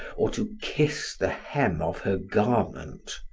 or to kiss the hem of her garment.